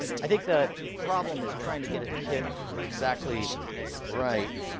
i think the problem is trying to get it to hit exactly right.